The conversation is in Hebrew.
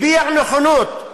הביע נכונות,